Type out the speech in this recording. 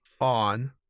on